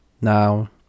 Now